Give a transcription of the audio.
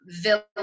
village